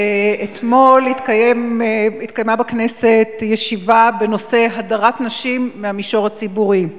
אתמול התקיימה בכנסת ישיבה בנושא הדרת נשים מהמישור הציבורי,